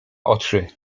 oczy